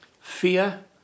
Fear